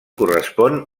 correspon